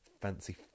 fancy